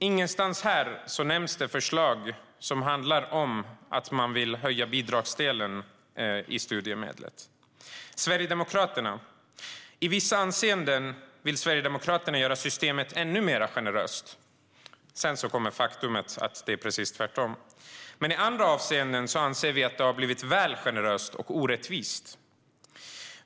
Ingenstans nämns förslag om att man vill höja bidragsdelen i studiemedlen. Sverigedemokraterna säger: "I vissa avseenden vill Sverigedemokraterna göra systemet ännu mer generöst" - sedan kommer faktumet att det är precis tvärtom - "men i andra avseenden anser vi att det har blivit väl generöst och orättvist.